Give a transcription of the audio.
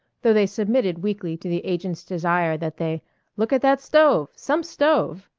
though they submitted weakly to the agent's desire that they look at that stove some stove!